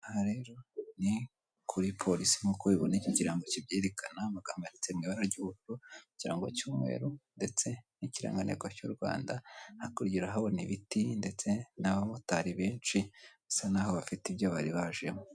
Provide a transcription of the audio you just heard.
Aha rero ni kuri polisi nk'uko ubona iki kirango kibyerekana, amagambo yanditse mu ibara ry'ububuru ikirango cy'umweru ndetse n'ikirangantego cy'u Rwanda, hakurya urahabona ibiti ndetse n'abamotari benshi basa naho bafite ibyo bari bajemo.